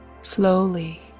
slowly